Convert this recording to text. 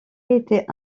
était